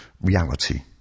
reality